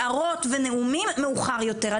הערות ונאומים מאוחר יותר.